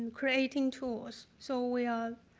um creating tools. so we are,